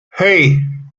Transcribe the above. hey